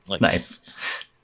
Nice